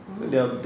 oh